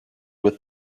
with